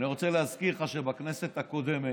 אני רוצה להזכיר לך שבכנסת הקודמת,